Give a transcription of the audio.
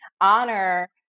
honor